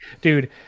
dude